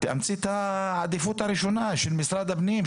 תאמצי את העדיפות הראשונה של משרד הפנים,